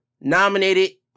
nominated